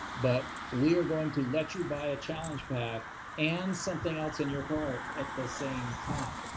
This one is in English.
but we are going to let you buy a challenge pack and something else in your cart at the same time.